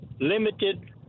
Limited